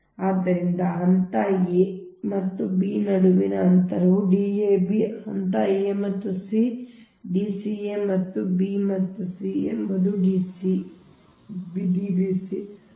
ಆದ್ದರಿಂದ ಹಂತ a ಮತ್ತು b ನಡುವಿನ ಅಂತರವು D ab ಹಂತ a ಮತ್ತು c D c a ಮತ್ತು b ಮತ್ತು c ಎಂಬುದು Dbc